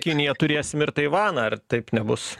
kiniją turėsim ir taivaną ar taip nebus